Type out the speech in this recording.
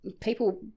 people